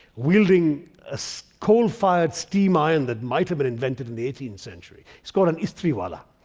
wielding a so coal-fired steam iron that might have been invented in the eighteenth century. he's called an isthri wala.